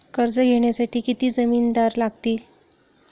कर्ज घेण्यासाठी किती जामिनदार लागतील?